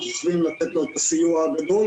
אנחנו יכולים לתת לה את הסיוע הגדול